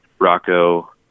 Rocco